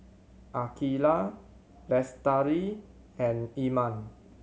Aqilah Lestari and Iman